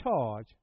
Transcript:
charge